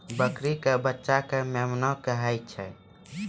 बकरी के बच्चा कॅ मेमना कहै छै